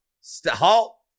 Stop